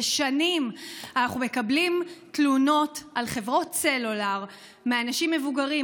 ושנים אנחנו מקבלים תלונות על חברות סלולר מאנשים מבוגרים,